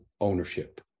ownership